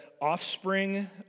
offspring